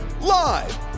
Live